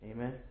Amen